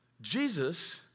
Jesus